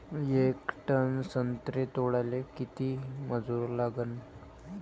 येक टन संत्रे तोडाले किती मजूर लागन?